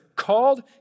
Called